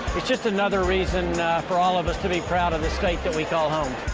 it's just another reason for all of us to be proud of this state that we call home.